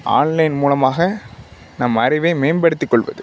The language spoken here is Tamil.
ஆன்லைன் மூலமாக நம் அறிவை மேம்படுத்திக்கொள்வது